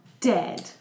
dead